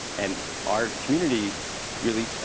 and our community really